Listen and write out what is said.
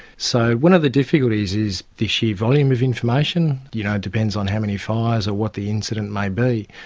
so one of the difficulties is the sheer volume of information. you know, it depends on how many fires or what the incident may be.